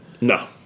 No